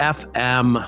fm